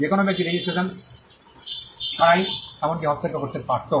যে কোনও ব্যক্তি রেজিস্ট্রেশন ছাড়াই এমনকি হস্তক্ষেপ করতে পারত